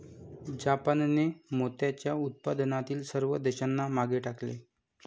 जापानने मोत्याच्या उत्पादनातील सर्व देशांना मागे टाकले